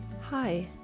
Hi